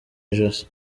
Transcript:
ijosi